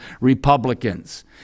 republicans